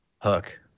hook